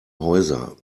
häuser